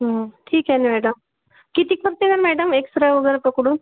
ठीक आहे नं मॅडम किती खर्च येणार मॅडम एक्सरे वगैरे पकडून